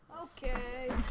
Okay